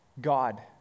God